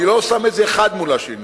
אני לא שם את זה אחד מול השני,